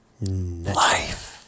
Life